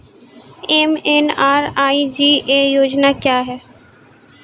MNREGA योजना क्या हैं?